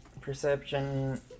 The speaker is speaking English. perception